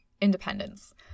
independence